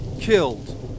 killed